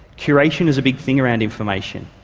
curation is a big thing around information,